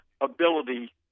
ability